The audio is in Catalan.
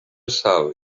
sal